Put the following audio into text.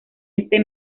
este